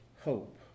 hope